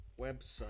website